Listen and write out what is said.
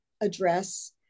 address